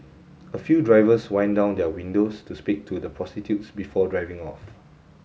a few drivers wind down their windows to speak to the prostitutes before driving off